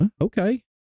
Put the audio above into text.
Okay